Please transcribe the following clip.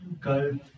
Go